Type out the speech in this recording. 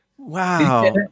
Wow